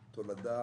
הוא תולדה